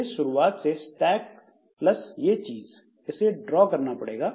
मुझे शुरुआत से स्टैक प्लस ये चीज़ इसे ड्रॉ करना पड़ेगा